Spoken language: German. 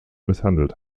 misshandelt